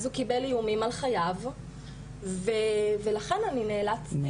אז הוא קיבל איומים על חייו ולכן אני נאלצתי,